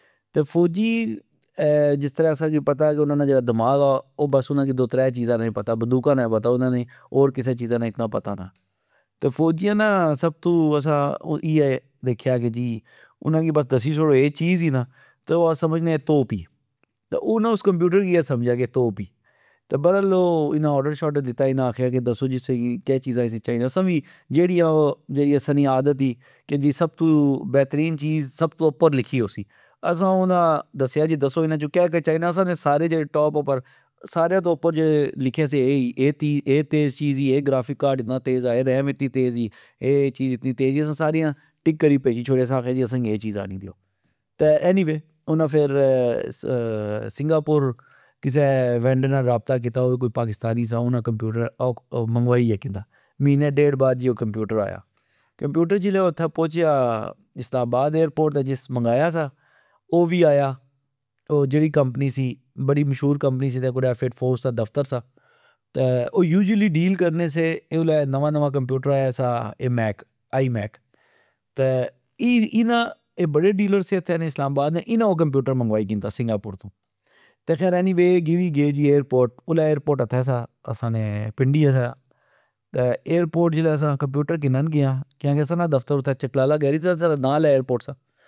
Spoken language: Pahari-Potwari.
تہ فوجی جسرہ اسا کی پتا انا نا جیڑا دماغ آ ،او بس انا کی دو ترہ چیزا نا پتا بندوکا نا پتا انا نی اور کسہ چیزہ پتا نا ۔تہ فوجیا نا سب تو اسا اییہ دیکھیا جی انا کی بس دسی چھوڑو اے چیز ای نا تہ او سمجنے اے توپ ای۔ تہ انا اس کمپیوٹر کی اے سمجیا کہ توپ ای ۔برل انا اوڈر شاڈر دتا جی دسو کہ چیزاں چائی نیا اسا وی جیڑی اسا نی عادت ای کہ سب تو بیترین چیز سب تو اپر لکھی ہوسی ،اسا انا دسیا جی دسو انا وچو کہ کہ چائی نا اسا نے سارے جیڑے ٹاپ اپر سارے تو اپر جیڑے لکھے سے اے تی اے چیز ای اے گرافک کارڈ اتنا تیز آ اے ریماتنی تیز ای ،اے چیز اتنی تیز ای ،اسا ساریا نا ٹک کری پیجی چھوڑے اسا آکھیا کہ اسا کی اے چیز آنی دیو۔ تہ اینی وے انا فر سنگا پور کسہ بندے نال رابچہ کیتا او وی کوئی پاکستانی سا انا کمپیوٹرہ منگائی کندا مینے ڈیڈ بعد جی او کمپیوٹر آیا۔ کمپیوٹر جلہ اتھہ پوچیا اسلام آباد ایئر پورٹ جس منگایا سا او وی آیا او جیڑی کمپنی سی ۔بڑی مشہور کمپنی سی اتھہ ایف ایٹ فور اسنا دفتر سا ۔تہ او یویلی ڈیل کرنے سے اے الہ نوا نوا کمپیوٹر آیا سا اے میک آئی میک ،تہ انا اے بڑے ڈیلر سے اتھہ اسلام آباد نے انا او کمپیوٹر منگائی کندا سنگا پور تو ۔تہ فر اینی وے اے وی گئے ایئر پورٹ ،الہ ایئر پورٹ اتھہ سا ٍپنڈی سا ۔ایئر پورٹ جلہ اسا کمپیوٹر کنن گئے آ ۔کیاکہ اسا نا دفتر چکلالا گیرج سا نال ایئر پورٹ سا